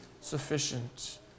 sufficient